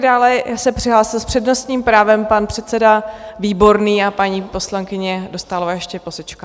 Dále se přihlásil s přednostním právem pan předseda Výborný a paní poslankyně Dostálová ještě posečká.